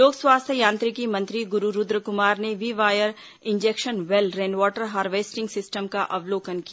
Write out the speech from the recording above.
लोक स्वास्थ्य यांत्रिकी मंत्री गुरू रूद्रकुमार ने V wire injection well rainwater harvesting system का अवलोकन किया